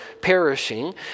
perishing